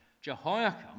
Jehoiakim